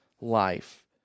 life